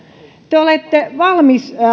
te olette valmis